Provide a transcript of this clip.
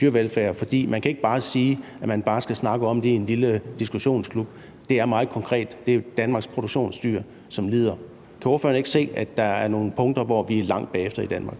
dyrevelfærd. For man kan ikke bare sige, at man skal snakke om det i en lille diskussionsklub. Det er meget konkret; det er jo Danmarks produktionsdyr, som lider. Kan ordføreren ikke se, at der er nogle punkter, hvor vi er langt bagefter i Danmark?